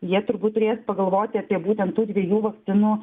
jie turbūt turės pagalvoti apie būtent tų dviejų vakcinų